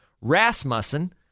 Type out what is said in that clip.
Rasmussen